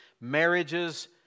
marriages